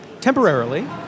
Temporarily